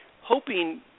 Hoping